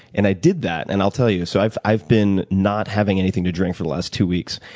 and i did that. and i'll tell you, so i've i've been not having anything to drink for the last two weeks.